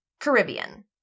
Caribbean